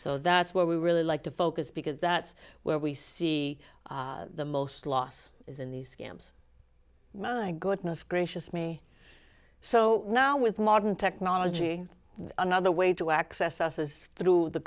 so that's where we really like to focus because that's where we see the most loss is in these scams my goodness gracious me so now with modern technology another way to access us is through the